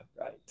Right